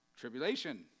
Tribulation